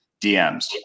DMs